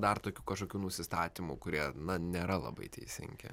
dar tokių kažkokių nusistatymų kurie na nėra labai teisingi